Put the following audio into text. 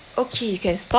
okay you can stop